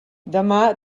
demà